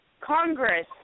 Congress